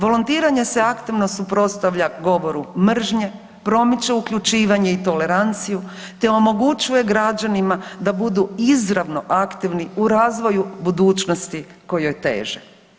Volontiranje se aktivno suprotstavlja govoru mržnje, promiče uključivanje i toleranciju te omogućuje građanima da budu izravno aktivni u razvoju budućnosti kojoj teže.